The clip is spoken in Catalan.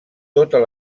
totes